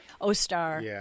O-star